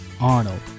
Arnold